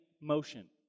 motion